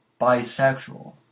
bisexual